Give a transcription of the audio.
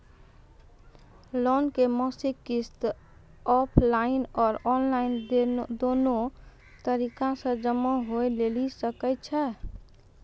Loan के मासिक किस्त ऑफलाइन और ऑनलाइन दोनो तरीका से जमा होय लेली सकै छै?